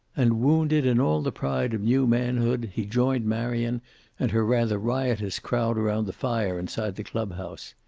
and wounded in all the pride of new manhood, he joined marion and her rather riotous crowd around the fire inside the clubhouse.